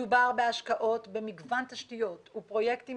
מדובר בהשקעות במגוון תשתיות ופרויקטים